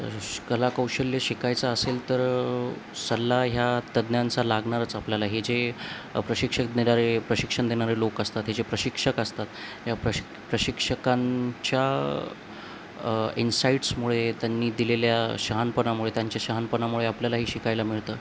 कलाकौशल्य शिकायचं असेल तर सल्ला ह्या तज्ज्ञांचा लागणारच आपल्याला हे जे प्रशिक्षक देणारे प्रशिक्षण देणारे लोक असतात हे जे प्रशिक्षक असतात या प्रश प्रशिक्षकांच्या इनसाईट्समुळे त्यांनी दिलेल्या शहाणपणामुळे त्यांच्या शहाणपणमुळे आपल्यालाही शिकायला मिळतं